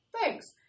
thanks